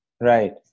Right